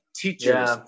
teachers